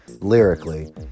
lyrically